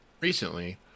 Recently